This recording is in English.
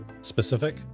Specific